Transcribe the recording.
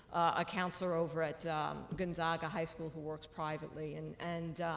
a counselor over at gonzaga high school who works privately and and